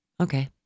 Okay